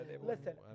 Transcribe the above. Listen